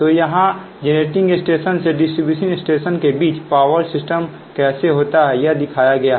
तो यहां generating station से डिसटीब्यूटिंग स्टेशन के बीच पावर सिस्टम कैसा होता है या दिखाया गया है